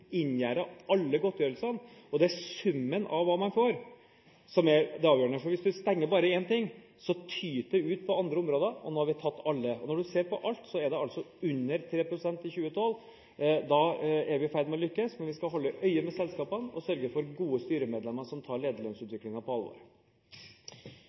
alle godtgjørelsene, og det er summen av hva man får, som er det avgjørende. Hvis man stenger bare én ting, tyter det ut på andre områder. Nå har vi tatt alle. Når man ser på alt, er det under 3 pst. i 2012. Da er vi i ferd med å lykkes, men vi skal holde øye med selskapene og sørge for gode styremedlemmer som tar